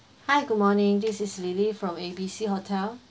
hi good morning this is lily from A B C hotel